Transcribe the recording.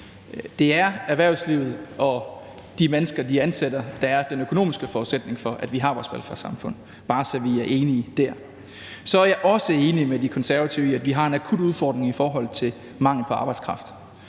Det er erhvervslivet og de mennesker, de ansætter, der er den økonomiske forudsætning for, at vi har vores velfærdssamfund. Bare så vi er enige så langt. Så er jeg også enig med De Konservative i, at vi har en akut udfordring med mangel på arbejdskraft.